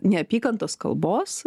neapykantos kalbos